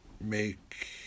make